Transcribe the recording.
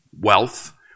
wealth